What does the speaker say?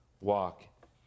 walk